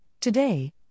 Today